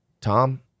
Tom